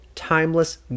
timeless